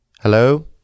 Hello